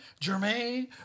Jermaine